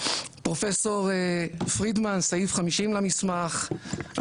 פרופסור פרידמן סעיף 50 למסמך.